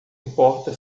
importa